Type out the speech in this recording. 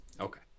Okay